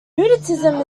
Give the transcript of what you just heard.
nudism